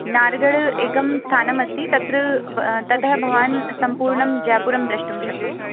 नाहर्गड् एकं स्थानमस्ति तत्र् ततः भवान् सम्पूर्णं जैपुरं द्रष्टुं शक्नोति